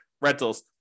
rentals